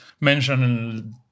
mentioned